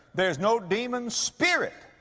there's no demon spirit,